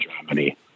germany